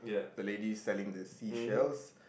the lady selling the seashells